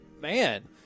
man